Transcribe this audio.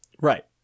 Right